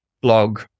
blog